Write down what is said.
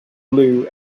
blue